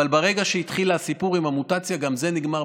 אבל ברגע שהתחיל הסיפור עם המוטציה גם זה נגמר,